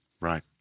Right